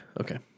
Okay